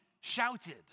shouted